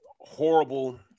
horrible